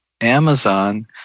Amazon